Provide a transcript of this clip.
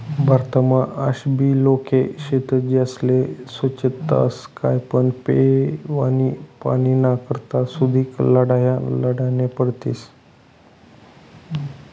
भारतमा आशाबी लोके शेतस ज्यास्ले सोच्छताच काय पण पेवानी पाणीना करता सुदीक लढाया लढन्या पडतीस